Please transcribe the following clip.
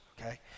okay